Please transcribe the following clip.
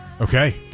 Okay